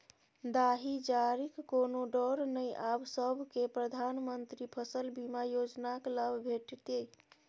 दाही जारीक कोनो डर नै आब सभकै प्रधानमंत्री फसल बीमा योजनाक लाभ भेटितै